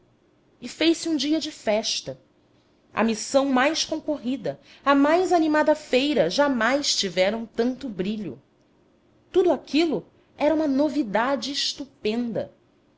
e fez-se um dia de festa a missão mais concorrida a mais animada feira jamais tiveram tanto brilho tudo aquilo era uma novidade estupenda